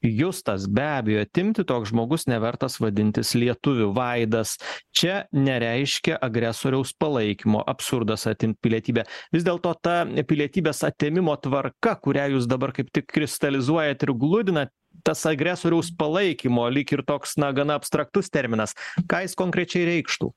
justas be abejo atimti toks žmogus nevertas vadintis lietuviu vaidas čia nereiškia agresoriaus palaikymo absurdas atimt pilietybę vis dėlto ta pilietybės atėmimo tvarka kurią jūs dabar kaip tik kristalizuojat ir gludinat tas agresoriaus palaikymo lyg ir toks na gana abstraktus terminas ką jis konkrečiai reikštų